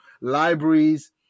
libraries